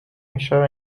میشوند